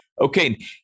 okay